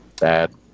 bad